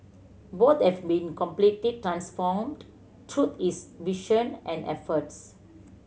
both have been completely transformed through his vision and efforts